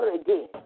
again